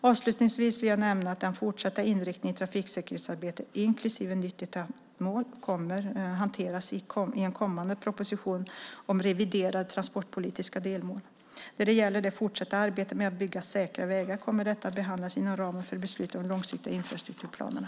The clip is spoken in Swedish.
Avslutningsvis vill jag nämna att den fortsatta inriktningen i trafiksäkerhetsarbetet, inklusive nytt etappmål, kommer att hanteras i en kommande proposition om reviderade transportpolitiska delmål. När det gäller det fortsatta arbetet med att bygga säkra vägar kommer detta att behandlas inom ramen för besluten om de långsiktiga infrastrukturplanerna.